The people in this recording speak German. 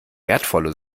wertvolle